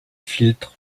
filtre